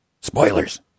Spoilers